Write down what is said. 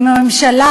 אם הממשלה,